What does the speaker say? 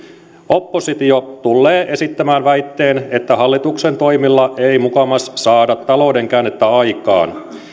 oppositio tullee esittämään väitteen että hallituksen toimilla ei mukamas saada talouden käännettä aikaan